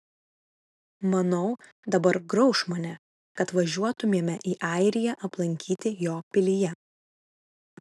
manau dabar grauš mane kad važiuotumėme į airiją aplankyti jo pilyje